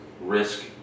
risk